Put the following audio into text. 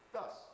Thus